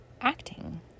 acting